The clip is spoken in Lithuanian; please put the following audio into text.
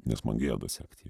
nes man gėda sekti jį